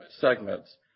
segments